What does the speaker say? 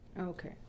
okay